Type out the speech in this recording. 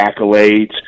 accolades